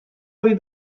ohi